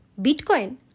bitcoin